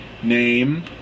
name